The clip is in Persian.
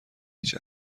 هیچ